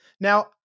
Now